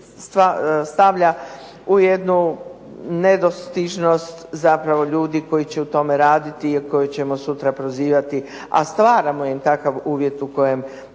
dokument stavlja u jednu nedostižnost zapravo ljudi koji će u tome raditi i koje ćemo sutra prozivati, a stvaramo im takav uvjet u kojem